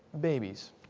babies